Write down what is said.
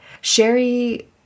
Sherry